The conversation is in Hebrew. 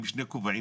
אני בשני כובעים,